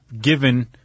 given